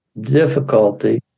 difficulty